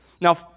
Now